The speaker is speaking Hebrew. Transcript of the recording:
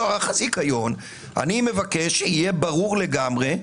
אני מבקש שיהיה ברור לגמרי,